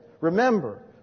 Remember